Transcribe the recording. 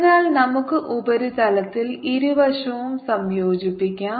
അതിനാൽ നമുക്ക് ഉപരിതലത്തിൽ ഇരുവശവും സംയോജിപ്പിക്കാം